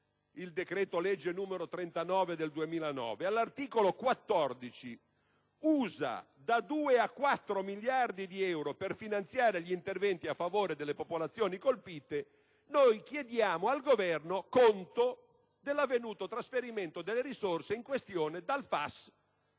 il decreto-legge n. 39 del 2009, all'articolo 14, usa da 2 a 4 miliardi di euro per finanziare gli interventi a favore delle popolazioni colpite dal terremoto, chiediamo al Governo conto dell'avvenuto trasferimento delle risorse in questione dal FAS